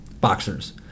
Boxers